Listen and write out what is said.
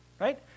right